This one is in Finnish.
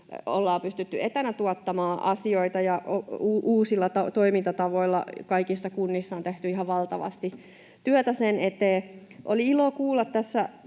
Ollaan pystytty tuottamaan asioita etänä ja uusilla toimintatavoilla. Kaikissa kunnissa on tehty ihan valtavasti työtä sen eteen. Oli ilo kuulla tässä